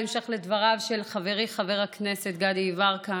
בהמשך לדבריו של חברי חבר הכנסת גדי יברקן,